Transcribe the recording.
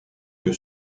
que